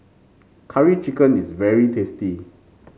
Curry Chicken is very tasty